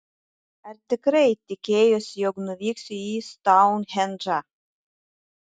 ar tikrai tikėjosi jog nuvyksiu į stounhendžą